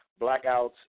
Blackouts